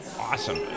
awesome